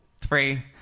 three